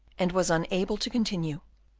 and was unable to continue.